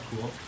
cool